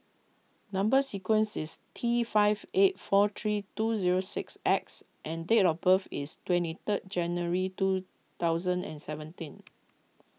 Number Sequence is T five eight four three two zero six X and date of birth is twenty third January two thousand and seventeen